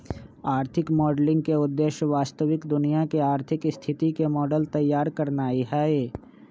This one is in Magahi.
आर्थिक मॉडलिंग के उद्देश्य वास्तविक दुनिया के आर्थिक स्थिति के मॉडल तइयार करनाइ हइ